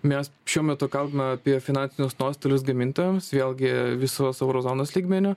mes šiuo metu kalbame apie finansinius nuostolius gamintojams vėlgi visos euro zonos lygmeniu